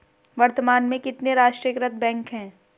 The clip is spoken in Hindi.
वर्तमान में कितने राष्ट्रीयकृत बैंक है?